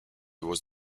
was